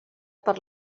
per